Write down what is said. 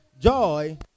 Joy